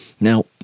Now